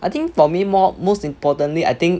I think for me more most importantly I think